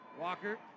Walker